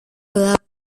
gelap